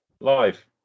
live